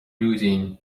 lúidín